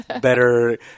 better